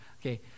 okay